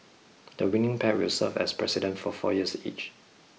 the winning pair will serve as President for four years each